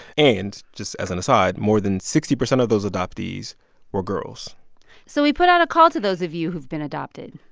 and just as an aside, more than sixty percent of those adoptees were girls so we put out a call to those of you who've been adopted.